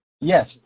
Yes